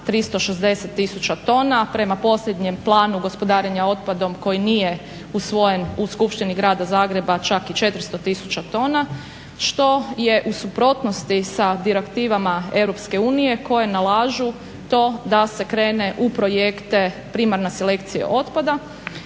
360000 tona. Prema posljednjem planu gospodarenja otpadom koji nije usvojen u Skupštini Grada Zagreba čak i 400000 tona što je u suprotnosti sa direktivama Europske unije koje nalažu to da se krene u projekte primarna selekcija otpada,